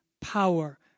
power